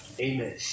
Amen